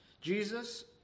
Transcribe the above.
Jesus